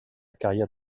carrière